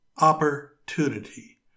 opportunity